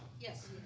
Yes